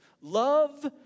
Love